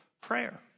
Prayer